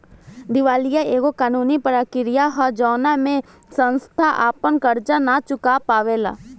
दिवालीया एगो कानूनी प्रक्रिया ह जवना में संस्था आपन कर्जा ना चूका पावेला